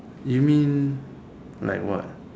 you mean like what